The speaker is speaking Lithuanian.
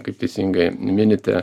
kaip teisingai minite